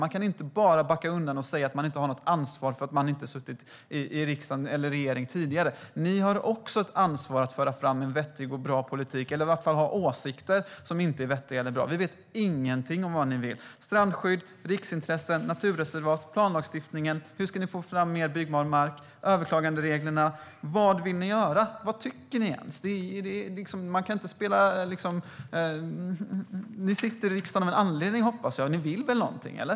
Man kan inte bara backa undan och säga att man inte har något ansvar eftersom man inte har suttit i riksdag eller regering tidigare. Ni har också ett ansvar för att föra fram en vettig och bra politik - eller i vart fall ha åsikter som inte är vettiga eller bra. Vi vet ingenting om vad ni vill när det gäller strandskydd, riksintressen, naturreservat eller planlagstiftningen. Hur ska ni få fram mer byggbar mark? Vad tycker ni om överklagandereglerna? Vad vill ni göra? Vad tycker ni ens? Ni sitter i riksdagen av en anledning, hoppas jag, och ni vill väl någonting - eller?